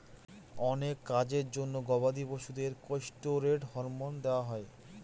অনেক কাজের জন্য গবাদি পশুদের কেষ্টিরৈড হরমোন দেওয়া হয়